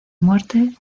muerte